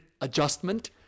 adjustment